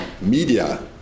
media